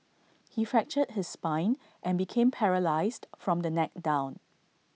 he fractured his spine and became paralysed from the neck down